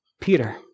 Peter